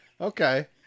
Okay